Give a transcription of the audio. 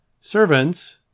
Servants